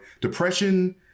depression